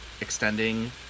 extending